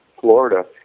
Florida